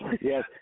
Yes